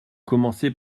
commencez